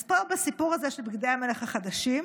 אז פה, בסיפור הזה של בגדי המלך החדשים,